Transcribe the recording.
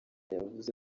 yavuze